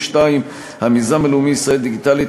2. המיזם הלאומי "ישראל דיגיטלית",